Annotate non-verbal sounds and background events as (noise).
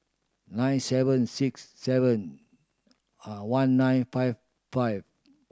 nine seven six seven (hesitation) one nine five five